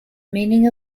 meaning